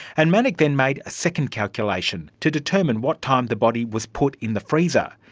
and manock then made a second calculation to determine what time the body was put in the freezer.